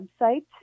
website